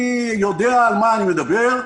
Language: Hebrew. אני יודע על מה אני מדבר.